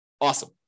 Awesome